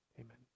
amen